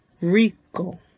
rico